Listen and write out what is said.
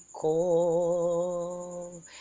call